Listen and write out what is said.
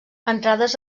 entrades